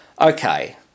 okay